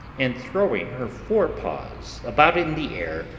and throwing her forepaws about in the air,